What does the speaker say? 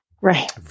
Right